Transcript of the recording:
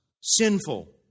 sinful